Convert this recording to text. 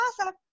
awesome